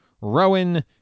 Rowan